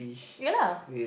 ya lah